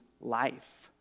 life